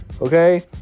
Okay